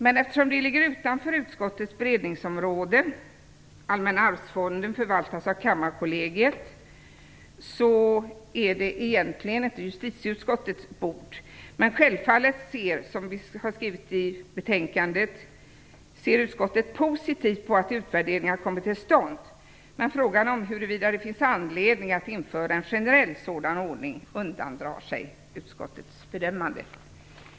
Men eftersom det ligger utanför utskottets beredningsområde - är detta egentligen inte justitieutskottets bord. Men självfallet, som vi har skrivit i betänkandet, ser utskottet positivt på att utvärderingar kommer till stånd. Men frågan om huruvida det finns anledning att införa en generell sådan ordning undandrar sig utskottets bedömning. Herr talman!